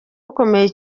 ukomeye